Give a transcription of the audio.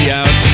out